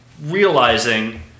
Realizing